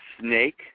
snake